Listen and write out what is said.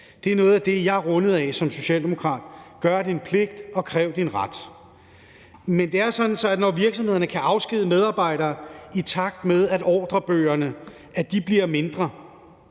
Det er noget af det, jeg er rundet af som socialdemokrat: Gør din pligt, og kræv din ret. Men det er sådan, at når virksomhederne kan afskedige medarbejdere, i takt med at ordrebøgerne bliver mindre,